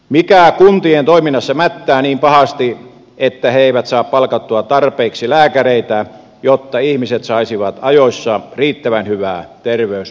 mikä kuntien toiminnassa mättää niin pahasti että ne eivät saa palkattua tarpeeksi lääkäreitä jotta ihmiset saisivat ajoissa riittävän hyvää terveyspalvelua